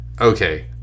okay